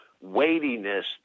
weightiness